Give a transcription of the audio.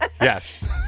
yes